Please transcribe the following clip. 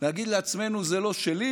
להגיד לעצמנו: זה לא שלי,